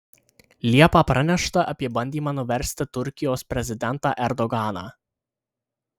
liepą pranešta apie bandymą nuversti turkijos prezidentą erdoganą